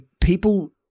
people